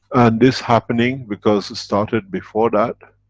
and this happening, because it started before that,